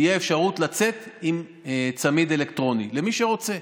תהיה אפשרות לצאת עם צמיד אלקטרוני, למי שרוצה.